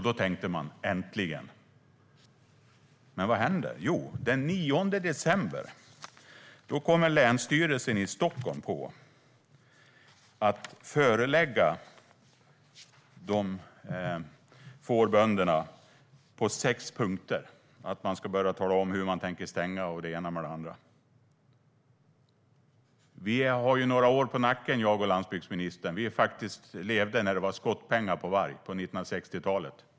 Då tänkte man: Äntligen! Men vad händer? Jo, den 9 december kom länsstyrelsen i Stockholm på att förelägga fårbönderna på sex punkter. De skulle ange hur de tänkte stänga och det ena med det andra. Jag och landsbygdsministern har några år på nacken. Vi levde när det var skottpengar på varg under 1960-talet.